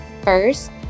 First